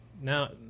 now